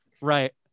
Right